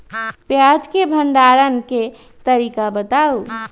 प्याज के भंडारण के तरीका बताऊ?